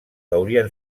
haurien